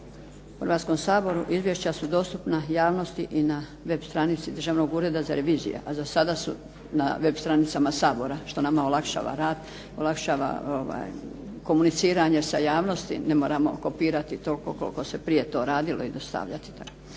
u Hrvatskom saboru, izvješća su dostupna javnosti i na web stranici Državnog ureda za reviziju, a za sada su na web stranicama Sabora, što nama olakšava rad, olakšava komuniciranje sa javnosti. Ne moramo kopirati toliko koliko se prije to radilo i dostavljati